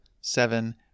Seven